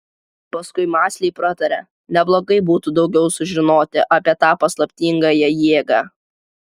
paskui mąsliai pratarė neblogai būtų daugiau sužinoti apie tą paslaptingąją jėgą